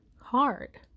hard